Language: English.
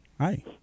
Hi